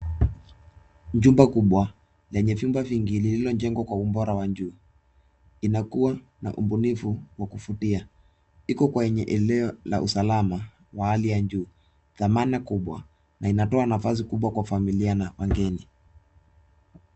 Jumba kubwa lenye vyumba vingi, lililojengwa kwa ubora wa juu, inakuwa na ubunifu wa kuvutia. Iko kwenye eneo la usalama wa hali ya juu, thamana kubwa na inatoa nafasi kubwa kwa familia na wageni.